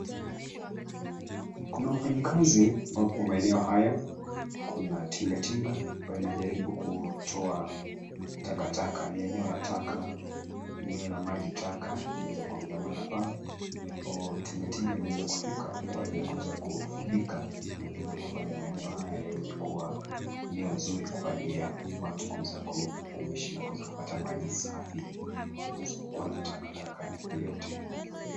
Kuna wafanyikazi wapo maeneo haya. Kuna tinga tinga ambayo inajaribu kutoa takataka. Ni eneo la taka, ni eneo la maji taka imeweza kuindamana pale. Nayo tinga tinga imeweza kufika kwa ajili ya kuweza kufunika na kuweza kufanya maeneo haya yaweze kuwa eneo zuri kwa ajili ya watu kuweza kuishi na kuweza kupata maji safi pasipokuwa na takataka yeyote.